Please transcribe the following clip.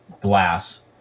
glass